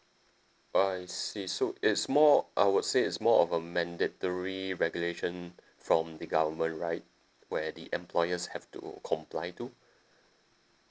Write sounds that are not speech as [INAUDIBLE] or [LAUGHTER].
I see so it's more I would say it's more of a mandatory regulation [BREATH] from the government right where the employers have to comply to